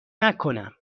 نکنم